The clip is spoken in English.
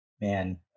man